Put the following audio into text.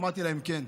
אמרתי להם: כן.